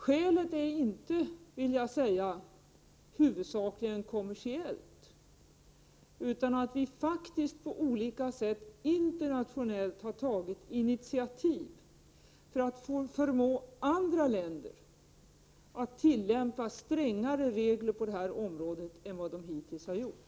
Skälet är, det vill jag säga, inte huvudsakligen kommersiellt, utan att vi faktiskt på olika sätt internationellt har tagit initiativ för att förmå andra länder att tillämpa strängare regler på detta område än vad de hittills gjort.